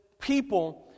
people